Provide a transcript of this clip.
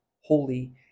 holy